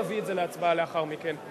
יביא את זה להצבעה לאחר מכן.